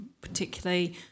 Particularly